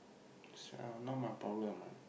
s~ not my problem ah